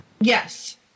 yes